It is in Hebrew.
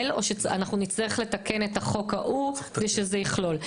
או שאנחנו נצטרך לתקן את החוק ההוא כדי שזה יכלול?